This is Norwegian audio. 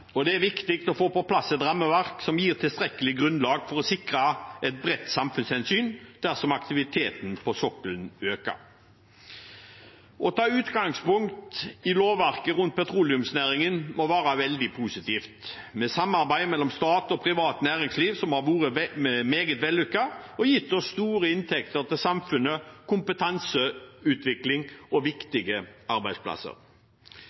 og det er viktig å få på plass et rammeverk som gir tilstrekkelig grunnlag for å sikre et bredt samfunnshensyn dersom aktiviteten på sokkelen øker. Å ta utgangspunkt i lovverket rundt petroleumsnæringen må være veldig positivt, med samarbeid mellom stat og privat næringsliv som har vært meget vellykket, og har gitt oss store inntekter til samfunnet, kompetanseutvikling og